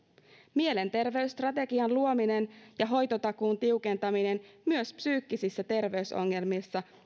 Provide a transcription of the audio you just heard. mielenterveysstrategian luominen ja hoitotakuun tiukentaminen myös psyykkisissä terveysongelmissa